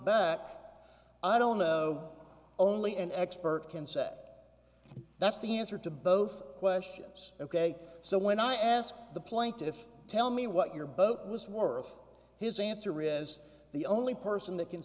back i don't know only an expert can say that's the answer to both questions ok so when i asked the plaintiff tell me what your boat was worth his answer is the only person that can